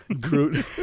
groot